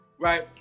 right